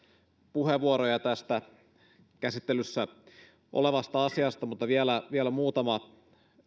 puheenvuoroja tästä käsittelyssä olevasta asiasta mutta vielä vielä muutama